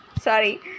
sorry